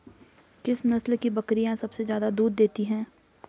किस नस्ल की बकरीयां सबसे ज्यादा दूध देती हैं?